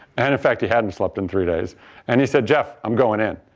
and in fact he hadn't slept in three days and he said, jeff, i'm going in.